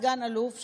סגן אלוף,